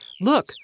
Look